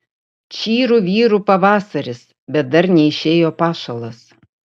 čyru vyru pavasaris bet dar neišėjo pašalas